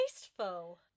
tasteful